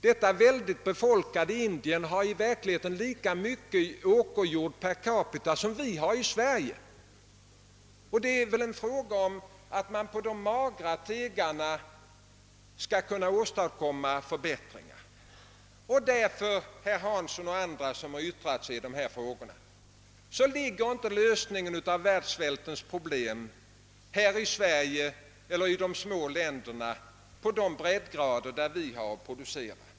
Det väldigt tättbefolkade Indien har i verkligheten lika mycket åkerjord per capita som Sverige. Frågan gäller att på de magra tegarna åstadkomma förbättringar. Därför, herr Hansson i Skegrie och andra som yttrat sig i dessa frågor, ligger inte lösningen av världssvältens problem här i Sverige eller i de små länderna på de breddgrader där vi har att producera.